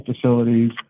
facilities